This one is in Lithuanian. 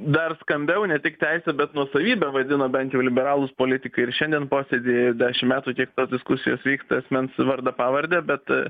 dar skambiau ne tik teise bet nuosavybe vadino bent jau liberalūs politikai ir šiandien posėdyje ir dešim metų tiek tos diskusijos vyksta asmens vardą pavardę bet